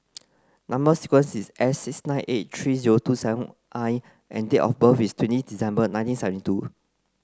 number sequence is S six nine eight three zero two seven I and date of birth is twenty December nineteen seventy two